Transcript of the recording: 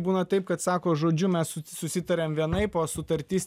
būna taip kad sako žodžiu mes susitariam vienaip o sutartis